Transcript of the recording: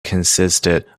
consisted